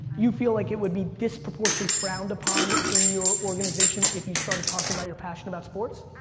you feel like it would be disproportionately frowned upon in your organization if you started talking about your passion about sports?